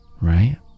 Right